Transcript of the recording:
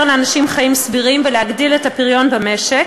לאנשים חיים סבירים ולהגדיל את הפריון במשק.